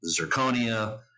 zirconia